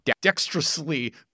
dexterously